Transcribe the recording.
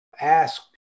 Ask